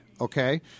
okay